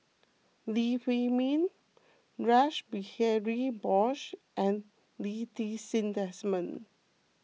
Lee Huei Min Rash Behari Bose and Lee Ti Seng Desmond